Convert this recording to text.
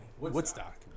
Woodstock